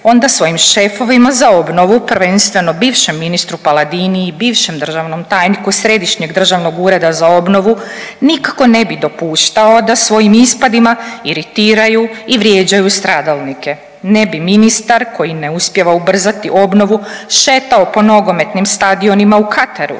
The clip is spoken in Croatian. onda svojim šefovima za obnovu prvenstveno bivšem ministru Paladini i bivšem državnom tajniku Središnjeg državnog ureda za obnovu nikako ne bi dopuštao da svojim ispadima iritiraju i vrijeđaju stradalnike. Ne bi ministar koji ne uspijeva ubrzati obnovu šetao po nogometnim stadionima u Kataru.